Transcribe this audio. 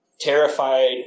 terrified